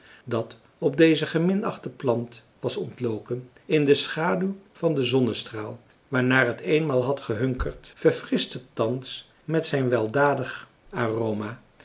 dat op deze geminachte plant was ontloken in de schaduw van den zonnestraal waarnaar het eenmaal had gehunkerd verfrischte thans met zijn weldadig aroma